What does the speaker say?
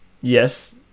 Yes